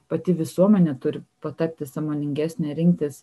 pati visuomenė turi patapti sąmoningesnė rinktis